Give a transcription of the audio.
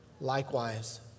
Likewise